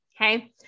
Okay